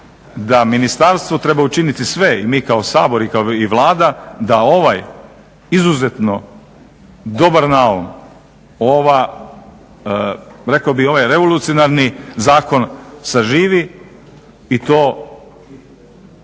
da ministarstvo treba učiniti sve i mi kao Sabor i kao Vlada da ovaj izuzetno dobar naum, ovaj rekao bih revolucionarni zakon saživi i to